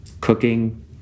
cooking